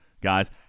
guys